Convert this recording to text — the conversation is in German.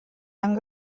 einem